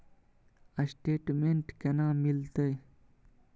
Statement केना मिलते?